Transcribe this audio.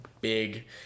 big